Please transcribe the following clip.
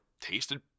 tasted